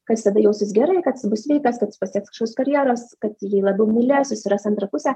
kad jis tada jausis gerai kad jisai bus sveikas kad jis pasieks kažkokios karjeros kad jį labiau mylės susiras antrą pusę